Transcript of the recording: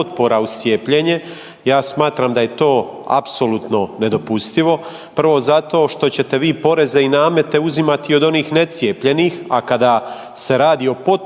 učinak.